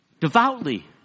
Devoutly